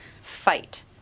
fight